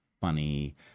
funny